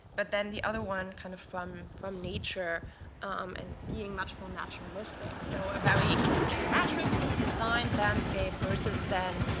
but then the other one, kind of from from nature and being much more naturalistic. so a very kind of geometrically designed landscape versus, then,